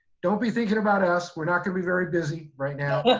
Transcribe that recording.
don't be thinking about us. we're not gonna be very busy right now. yeah